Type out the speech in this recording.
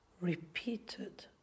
repeated